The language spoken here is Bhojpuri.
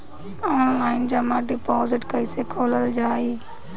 आनलाइन जमा डिपोजिट् कैसे खोलल जाइ?